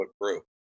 group